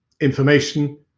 information